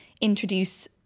introduce